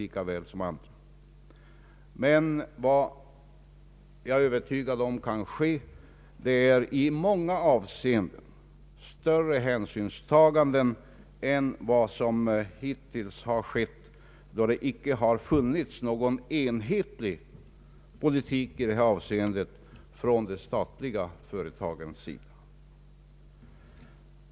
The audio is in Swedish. Men vad jag är övertygad om kan genomföras är i många avseenden större hänsynstaganden än vad som hittills har skett då det inte har funnits någon enhetlig personalpolitik från de statliga företagens sida.